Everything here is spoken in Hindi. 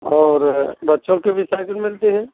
और यहाँ बच्चों की भी साइकिल मिलती है